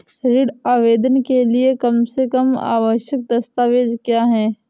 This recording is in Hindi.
ऋण आवेदन के लिए कम से कम आवश्यक दस्तावेज़ क्या हैं?